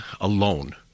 alone